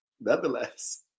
Nevertheless